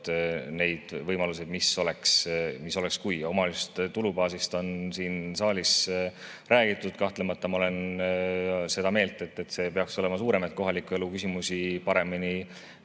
neid võimalusi, mis oleks, kui … Omavalitsuste tulubaasist on siin saalis räägitud. Kahtlemata ma olen seda meelt, et see peaks olema suurem, et kohaliku elu küsimusi paremini